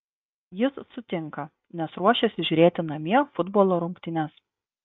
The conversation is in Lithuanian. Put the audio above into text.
jis sutinka nes ruošiasi žiūrėti namie futbolo rungtynes